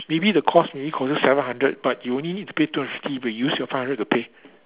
maybe the course maybe cost seven hundred but you only need pay two hundred fifty but you use your five hundred to pay